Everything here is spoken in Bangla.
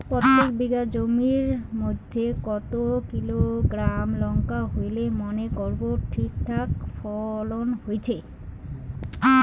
প্রত্যেক বিঘা জমির মইধ্যে কতো কিলোগ্রাম লঙ্কা হইলে মনে করব ঠিকঠাক ফলন হইছে?